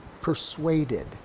persuaded